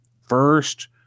first